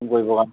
phone কৰিবৰ কাৰণে